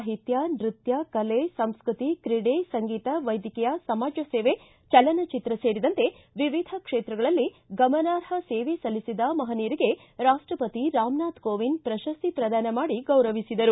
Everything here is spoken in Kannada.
ಸಾಹಿತ್ವ ನೃತ್ವ ಕಲೆ ಸಂಸ್ಟೃತಿ ಕ್ರೀಡೆ ಸಂಗೀತ ವೈದ್ವಕೀಯ ಸಮಾಜ ಸೇವೆ ಚಲನಚಿತ್ರ ಸೇರಿದಂತೆ ವಿವಿಧ ಕ್ಷೇತ್ರಗಳಲ್ಲಿ ಗಮನಾರ್ಹ ಸೇವೆ ಸಲ್ಲಿಸಿದ ಮಹನೀಯರಿಗೆ ರಾಷ್ಷವತಿ ರಾಮನಾಥ ಕೋವಿಂದ್ ಪ್ರಶಸ್ತಿ ಪ್ರದಾನ ಮಾಡಿ ಗೌರವಿಸಿದರು